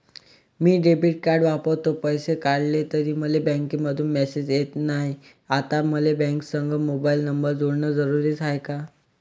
मी debit card वापरतो, पैसे काढले तरी मले बँकेमंधून मेसेज येत नाय, आता मले बँकेसंग मोबाईल नंबर जोडन जरुरीच हाय का?